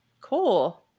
Cool